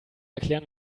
erklären